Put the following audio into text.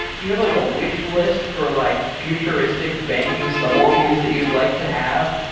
do you have like a wish list for like futuristic banking subtleties that you'd like to have?